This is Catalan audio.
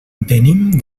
venim